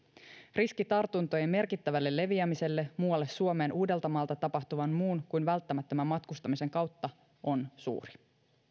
riski tartuntojen merkittävälle leviämiselle muualle suomeen uudeltamaalta tapahtuvan muun kuin välttämättömän matkustamisen kautta on suuri